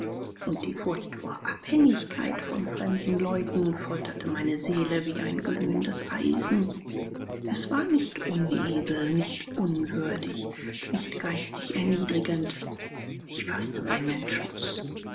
und die furcht vor abhängigkeit von fremden leuten folterte meine seele wie ein glühendes eisen es war nicht unedel nicht unwürdig nicht geistig erniedrigend ich faßte meinen entschluß